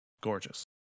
Gorgeous